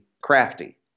crafty